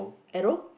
arrow